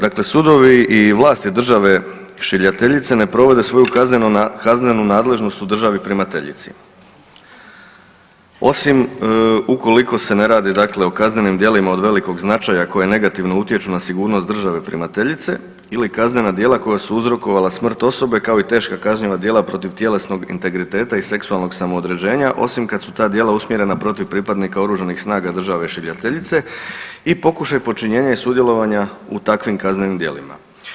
Dakle sudovi i vlasti države šiljateljice ne provode svoju kaznenu nadležnost državi primateljici, osim ukoliko se ne radi, dakle o kaznenim djelima od velikog značaja, koja negativno utječu na sigurnost države primateljice ili kaznena djela koja su uzrokovala smrt osobe, kao i teška kažnjiva djela protiv tjelesnog integriteta i seksualnog samoodređenja, osim kad su ta djela usmjerena protiv pripadnika OS-a države šiljateljice i pokušaj počinjenja i sudjelovala u takvim kaznenim djelima.